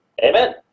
Amen